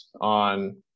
on